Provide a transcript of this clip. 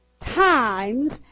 times